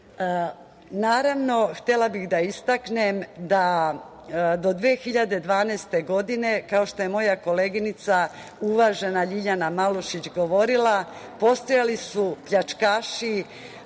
masu. Naravno, htela bih da istaknem da do 2012. godine, kao što je moja koleginica, uvažena Ljiljana Malušić govorila, postojali su pljačkaši